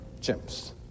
chimps